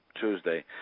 Tuesday